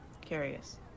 Curious